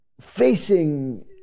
facing